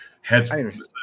heads